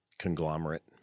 conglomerate